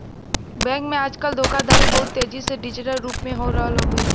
bank में आजकल धोखाधड़ी बहुत तेजी से डिजिटल रूप में हो रहल हउवे